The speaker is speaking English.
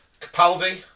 Capaldi